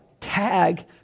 tag